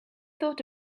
thought